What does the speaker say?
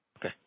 Okay